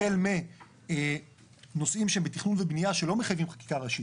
החל מנושאים שבתכנון ובנייה שלא מחייבים חקיקה ראשית,